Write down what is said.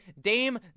Dame